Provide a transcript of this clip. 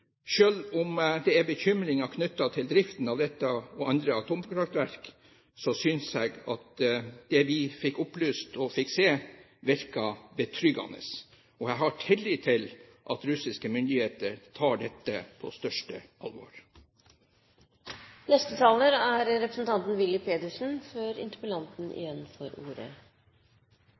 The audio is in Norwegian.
om det er bekymringer knyttet til driften av dette og andre atomkraftverk, synes jeg at det vi fikk opplyst og se, virket betryggende. Jeg har tillit til at russiske myndigheter tar dette på største alvor. Først vil jeg takke representanten